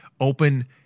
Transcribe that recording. open